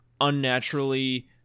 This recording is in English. unnaturally